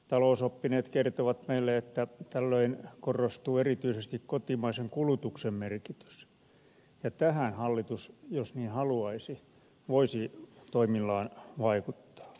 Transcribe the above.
talousoppineet kertovat meille että tällöin korostuu erityisesti kotimaisen kulutuksen merkitys ja tähän hallitus jos niin haluaisi voisi toimillaan vaikuttaa